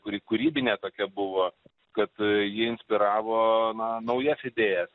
kuri kūrybinė tokia buvo kad ji inspiravo naujas idėjas